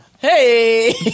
Hey